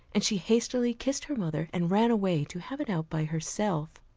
and she hastily kissed her mother, and ran away to have it out by herself.